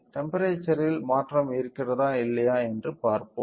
டெம்ப்பெரேச்சர்யில் மாற்றம் இருக்கிறதா இல்லையா என்று பார்ப்போம்